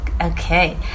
okay